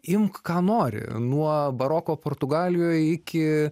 imk ką nori nuo baroko portugalijoj iki